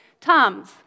TOMS